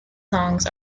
songs